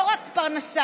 לא רק פרנסה,